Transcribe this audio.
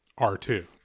R2